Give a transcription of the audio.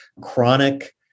chronic